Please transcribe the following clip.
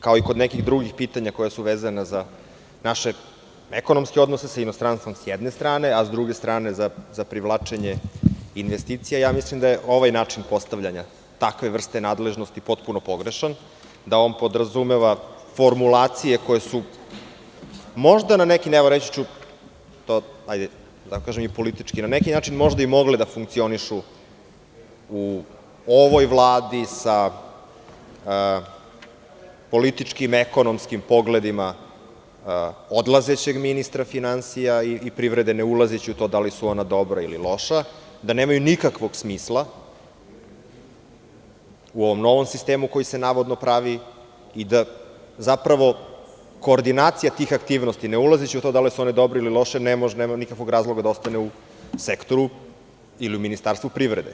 Kao i kod nekih drugih pitanja koja su vezana za naše ekonomske odnose s inostranstvom, s jedne strane, a s druge strane za privlačenje investicija, mislim da je ovaj način postavljanja takve vrste nadležnosti potpuno pogrešan, da podrazumeva formulacije koje su možda na neki, evo, reći ću, politički način mogli da funkcionišu u ovoj vladi sa političkim, ekonomskim pogledima odlazećeg ministra finansija i privrede, ne ulazeći u to da li su ona dobra ili loša, da nemaju nikakvog smisla u ovom novom sistemu koji se navodno pravi i da zapravo koordinacija tih aktivnosti, ne ulazeći u to da li su one dobre ili loše, nemaju nikakvog razloga da ostane u sektoru ili u Ministarstvu privrede.